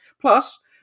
Plus